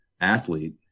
athlete